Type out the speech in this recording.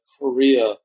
Korea